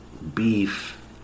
beef